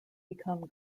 become